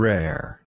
Rare